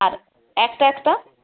আর একটা একটা